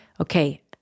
Okay